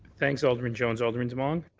thanks, alderman jones. alderman demong?